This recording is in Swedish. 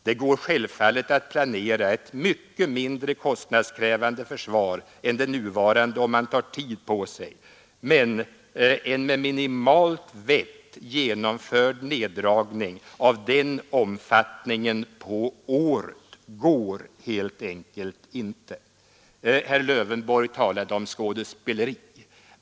Det går självfallet att planera ett mycket mindre kostnadskrävande försvar än det nuvarande om man tar tid på sig, men en med minimalt vett genomförd neddragning av den omfattningen på året går helt enkelt inte. Herr Lövenborg talade om skådespeleri.